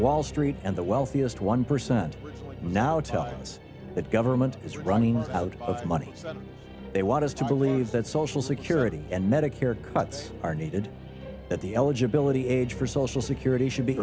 wall street and the wealthiest one percent would now tell us that government is running out of money and they want us to believe that social security and medicare cuts are needed that the eligibility age for social security should be